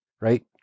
right